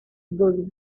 dos